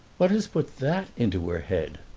what has put that into her head?